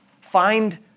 find